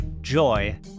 joy